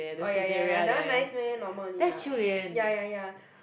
oh ya ya ya that one nice meh normal only lah ya ya ya